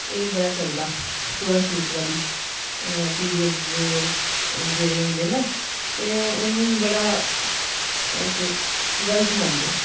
एह् बड़ा चलदा छुआछूत वाली पीरियड्स जेह्डे़ होंदे न ते ओह् औनूं बड़ा गलत मनदे